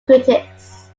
critics